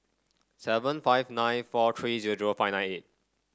seven five nine four three zero zero five nine eight